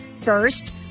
first